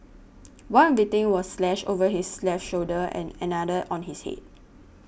one victim was slashed over his left shoulder and another on his head